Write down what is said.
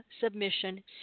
submission